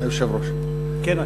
היושב-ראש, כן.